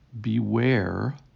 beware